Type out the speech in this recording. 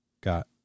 got